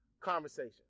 conversation